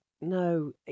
no